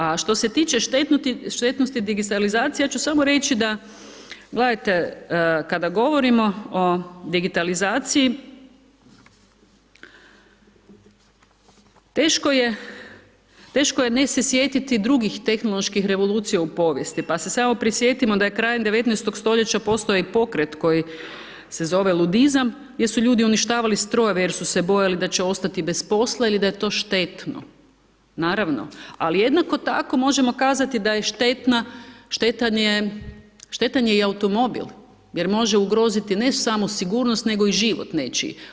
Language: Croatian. A što se tiče štetnosti digitalizacija, ja ću samo reći da, gledajte, kada govorimo o digitalizaciji, teško je ne se sjetiti drugih tehnoloških revolucija u povijesti pa se samo prisjetimo da krajem 19. st. postoji koji se zove ludizam gdje su ljudi uništavali strojeve jer su se bojali da će ostati bez posla ili da je to štetno, naravno. ali jednako tako možemo kazati da je štetan i automobil jer može ugroziti ne samo sigurnost nego i život nečiji.